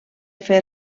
fer